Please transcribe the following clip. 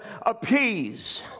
appease